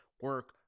Work